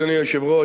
אדוני היושב-ראש,